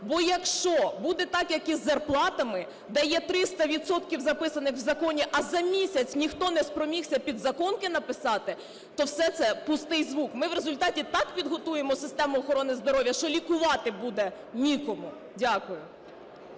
Бо якщо буде так як і з зарплатами. Дає 300 відсотків записаних в законі, а за місяць ніхто не спромігся підзаконки написати, то все це пустий звук. Ми в результаті так підготуємо систему охорони здоров'я, що лікувати буде нікому. Дякую.